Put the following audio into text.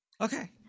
Okay